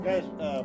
Guys